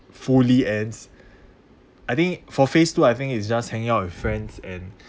fully ends I think for phase two I think is just hanging out with friends and